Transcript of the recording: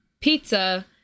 pizza